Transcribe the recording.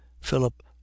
philip